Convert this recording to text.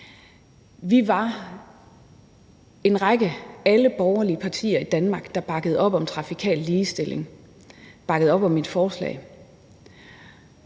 partier, dvs. alle borgerlige partier i Danmark, der bakkede op om trafikal ligestilling, bakkede op om mit forslag.